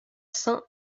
saint